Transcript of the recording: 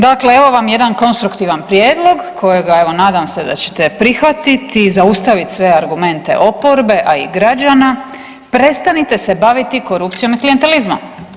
Dakle, evo vam jedan konstruktivan prijedlog kojega evo nadam se da ćete prihvatiti i zaustavit sve argumente oporbe, a i građana, prestanite se baviti korupcijom i klijentalizmom.